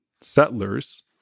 settlers